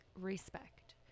respect